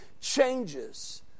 changes